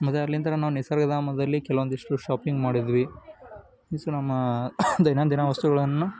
ಮತ್ತು ಅಲ್ಲಿಂದ ನಾವು ನಿಸರ್ಗಧಾಮದಲ್ಲಿ ಕೆಲವೊಂದಿಷ್ಟು ಶಾಪಿಂಗ್ ಮಾಡಿದ್ವಿ ಸೊ ನಮ್ಮ ದೈನಂದಿನ ವಸ್ತುಗಳನ್ನು